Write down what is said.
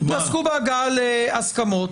יעסקו בהגעה להסכמות,